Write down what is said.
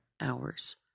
hours